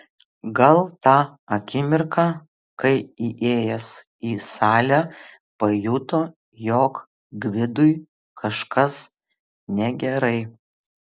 gal tą akimirką kai įėjęs į salę pajuto jog gvidui kažkas negerai